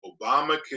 Obama